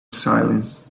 silence